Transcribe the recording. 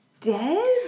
dead